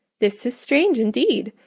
this is strange indeed,